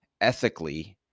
ethically